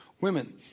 women